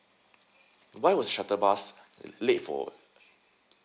why was shuttle bus late for